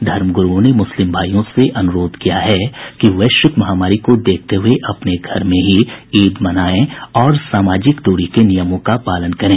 धर्म ग्रूओं ने मुस्लिम भाईयों से अनुरोध किया है कि वैश्विक महामारी को देखते हुये अपने घर में ही ईद मनाएं और सामाजिक दूरी के नियमों का पालन करें